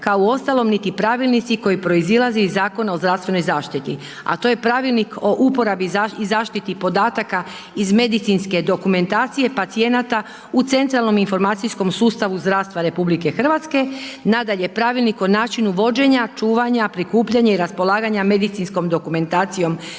kao uostalom niti pravilnik koji proizlazi iz Zakona o zdravstvenoj zaštiti a to je Pravilnik o uporabi i zaštiti podataka iz medicinske dokumentacije pacijenata u centralnom informacijskom sustavu zdravstva RJ. Nadalje, Pravilnik o načinu vođenja, čuvanja, prikupljanja i raspolaganja medicinskom dokumentacijom